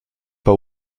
but